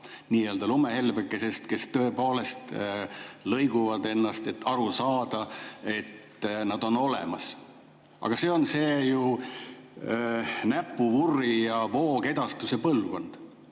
nii-öelda lumehelbekestest, kes tõepoolest lõiguvad ennast, et aru saada, et nad on olemas. Aga see on ju see näpuvurri ja voogedastuse põlvkond.